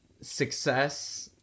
success